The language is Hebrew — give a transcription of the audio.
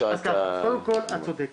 קודם כל את צודקת,